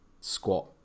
squat